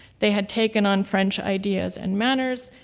they had taken on french ideas and manners,